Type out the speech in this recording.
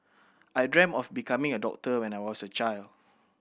I dreamt of becoming a doctor when I was a child